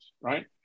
Right